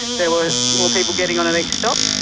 there were more people getting on at each stop,